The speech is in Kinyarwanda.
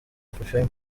afrifame